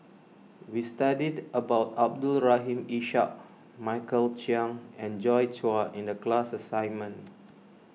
we studied about Abdul Rahim Ishak Michael Chiang and Joi Chua in the class assignment